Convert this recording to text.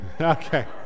Okay